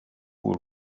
will